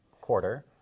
quarter